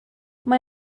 mae